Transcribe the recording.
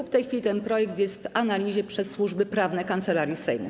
W tej chwili ten projekt podlega analizie przez służby prawne Kancelarii Sejmu.